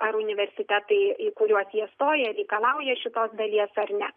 ar universitetai į kuriuos jie stoja reikalauja šitos dalies ar ne